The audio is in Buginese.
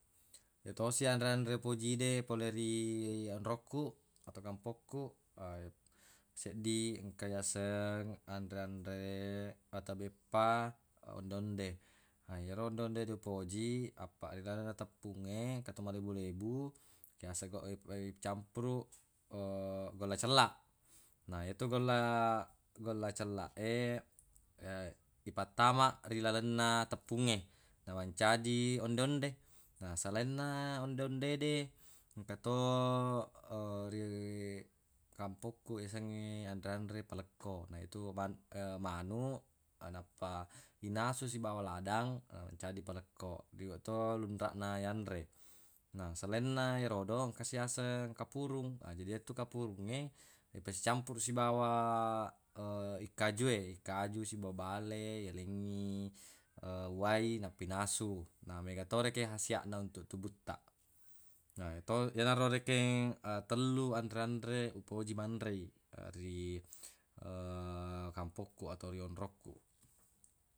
Yetosi anre-anre upoji de pole ri onrokku atau kampokku seddi engka yaseng anre-anre atau beppa onde-onde yero onde-onde upoji apaq ilalenna teppungnge engka to mallebu-lebu yase icampuruq golla cella na yetu golla golla cella e ipattama ri lalenna teppungnge namancaji onde-onde na selainna onde-onde de engka to ri kampokku yasengnge anre-anre palekki na yetu ma- manuq nappa inasu sibawa ladang mancaji palekko liweq to lunraq na yanre na selainna yerodo engka si yaseng kapurung na jadi yetu kapurungnge ipasicampuruq sibawa ikkajue ikkaju sibawa bale yalengngi uwai nappa inasu na mega to rekeng hasiaq na untuq tubuttaq na yeto- yenaro rekeng tellu anrre-anre upoji manrei ri kampokku atau ri onrokku.